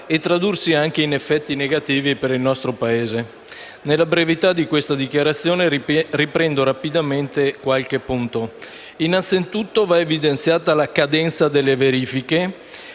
e tradursi anche in effetti negativi per il nostro Paese. Nella brevità di questa dichiarazione di voto riprendo rapidamente qualche punto. Innanzitutto, va evidenziata la cadenza delle verifiche